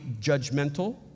judgmental